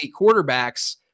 quarterbacks